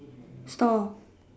store